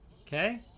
Okay